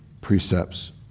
precepts